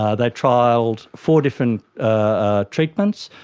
ah they trialled four different ah treatments,